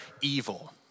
evil